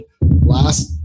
last